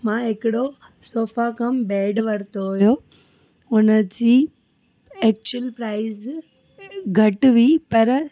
मां हिकिड़ो sofa cum bed वरितो हुयो हुन जी एक्चुअल प्राइज़ घटि हुई पर